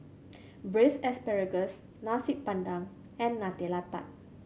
Braised Asparagus Nasi Padang and Nutella Tart